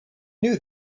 knew